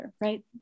right